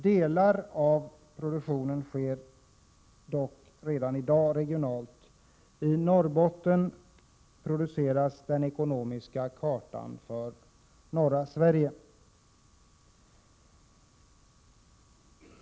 Delar av produktionen sker dock redan i dag regionalt. I Norrbotten produceras den ekonomiska kartan för norra Sverige.